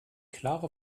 klare